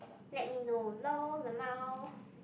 let me know lol lmao